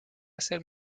hacer